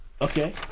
Okay